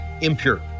impure